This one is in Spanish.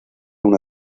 una